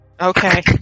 Okay